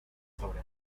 sobre